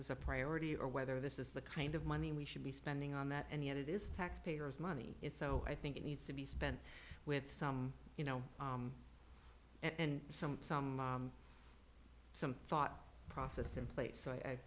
is a priority or whether this is the kind of money we should be spending on that and yet it is taxpayers money it's so i think it needs to be spent with some you know and some some some thought process in place so i